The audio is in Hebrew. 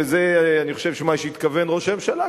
וזה אני חושב מה שהתכוון ראש הממשלה,